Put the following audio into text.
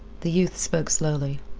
the youth spoke slowly.